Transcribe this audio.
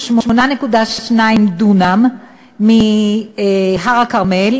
8.2 דונם מהר-הכרמל,